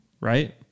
Right